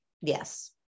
Yes